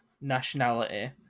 nationality